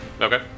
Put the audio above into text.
Okay